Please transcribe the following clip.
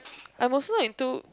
I'm also into